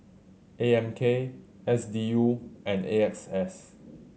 A M K S D U and A X S